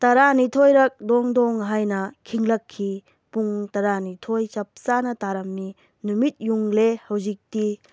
ꯇꯥꯔꯥꯅꯤꯊꯣꯏꯔꯛ ꯗꯣꯡ ꯗꯣꯡ ꯍꯥꯏꯅ ꯈꯤꯡꯂꯛꯈꯤ ꯄꯨꯡ ꯇꯥꯔꯥꯅꯤꯊꯣꯏ ꯆꯞ ꯆꯥꯅ ꯇꯥꯔꯝꯃꯤ ꯅꯨꯃꯤꯠ ꯌꯨꯡꯂꯦ ꯍꯧꯖꯤꯛꯇꯤ